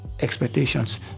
expectations